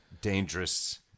dangerous